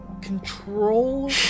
control